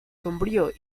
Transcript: sombrío